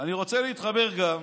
אני רוצה להתחבר גם